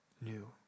new